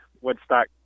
Woodstock